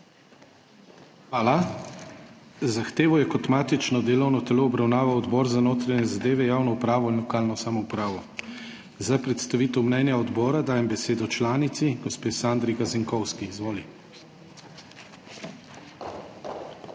Hvala. Zahtevo je kot matično delovno telo obravnaval Odbor za notranje zadeve, javno upravo in lokalno samoupravo. Za predstavitev mnenja odbora dajem besedo članici gospe Sandri Gazinkovski. Izvoli.